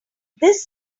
this